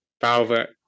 velvet